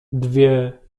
dwie